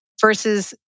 versus